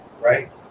Right